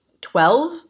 twelve